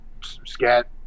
scat